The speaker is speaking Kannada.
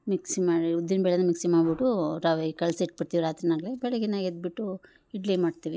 ಮಿಕ್ಸ್ ಮಾಡಿ ಉದ್ದಿನಬೇಳೆನ ಮಿಕ್ಸಿ ಮಾಡಿಬಿಟ್ಟು ರವೆ ಕಲ್ಸಿಟ್ ಬಿಡ್ತಿವಿ ರಾತ್ರಿನಾಗೆ ಬೆಳಗ್ಗೆ ಎದ್ದುಬಿಟ್ಟು ಇಡ್ಲಿ ಮಾಡ್ತೀವಿ